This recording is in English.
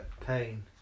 pain